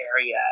area